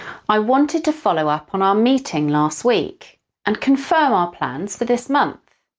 i wanted to follow up on our meeting last week and confirm our plans for this month.